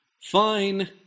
fine